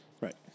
Right